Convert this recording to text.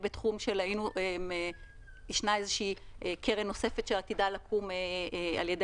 וגם ישנה איזו קרן נוספת שעתידה לקום על-ידי